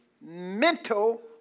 mental